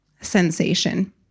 sensation